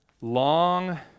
long